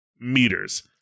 meters